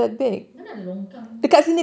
mana ada longkang